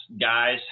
guys